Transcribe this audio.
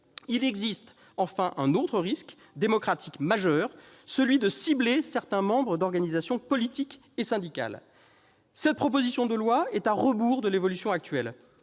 Il existe, enfin, un autre risque démocratique majeur, celui de cibler certains membres d'organisations politiques et syndicales. Cette proposition de loi est à rebours de l'évolution actuelle.